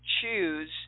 choose